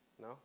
No